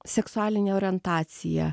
seksualinė orientacija